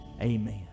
Amen